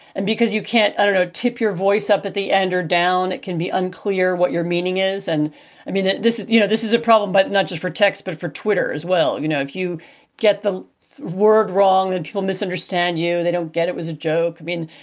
and because you can't, i don't know, tip your voice up at the end or down. can be unclear what your meaning is. and i mean, this is you know this is a problem, but not just for text, but for twitter as well. you know, if you get the word wrong and people misunderstand you, they don't get it was a joke. i mean,